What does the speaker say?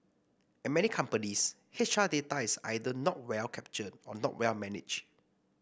at many companies H R data is either not well captured or not well managed